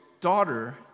daughter